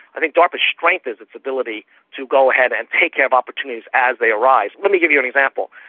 i think darpa's strength is its ability to go ahead and take yeah opportunities as they arise. let me give you an example.